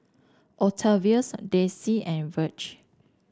Octavius Daisye and Virge